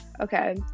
Okay